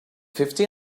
fifty